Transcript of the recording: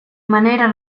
manera